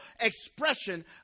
expression